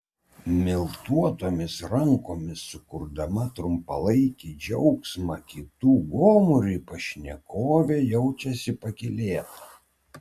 miltuotomis rankomis sukurdama trumpalaikį džiaugsmą kitų gomuriui pašnekovė jaučiasi pakylėta